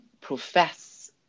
profess